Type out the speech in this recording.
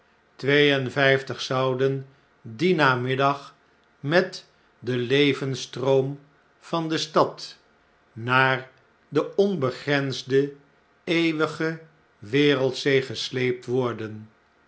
twee en vjjftig zouden dien namiddag met den levensstroom van de stad naar in londen en parijs de onbegrensde eeuwige wereldzee gesleept worden